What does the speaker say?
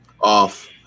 Off